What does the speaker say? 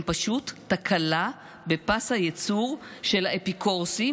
פשוט תקלה בפס הייצור של האפיקורסים,